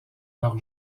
leur